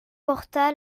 porta